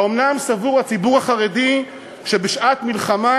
האומנם סבור הציבור החרדי שבשעת מלחמה,